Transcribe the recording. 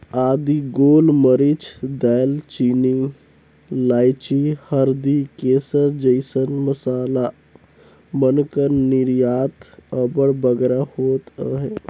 आदी, गोल मरीच, दाएल चीनी, लाइची, हरदी, केसर जइसन मसाला मन कर निरयात अब्बड़ बगरा होत अहे